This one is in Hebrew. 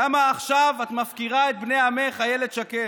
למה עכשיו את מפקירה את בני עמך, אילת שקד?